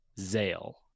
Zale